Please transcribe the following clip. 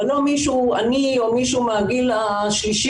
אב לא אני או מישהו מהגיל השלישי,